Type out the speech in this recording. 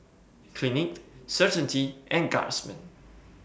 Clinique Certainty and Guardsman